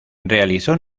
realizó